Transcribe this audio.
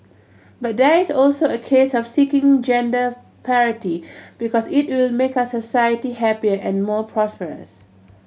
but there is also a case of seeking gender parity because it will make our society happier and more prosperous